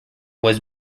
was